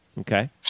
Okay